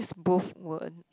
both were